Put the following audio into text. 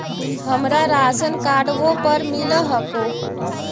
हमरा राशनकार्डवो पर मिल हको?